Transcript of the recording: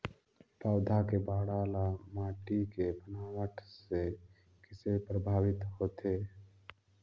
पौधा के बाढ़ ल माटी के बनावट से किसे प्रभावित होथे?